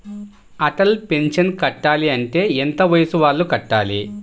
Atal pension కట్టాలి అంటే ఎంత వయసు వాళ్ళు కట్టాలి?